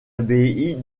abbaye